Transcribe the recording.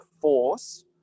force